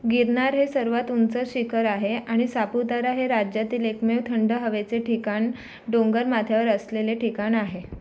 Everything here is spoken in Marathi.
गिरनार हे सर्वात उंच शिखर आहे आणि सापुतारा हे राज्यातील एकमेव थंड हवेचे ठिकाण डोंगरमाथ्यावर असलेले ठिकाण आहे